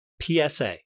PSA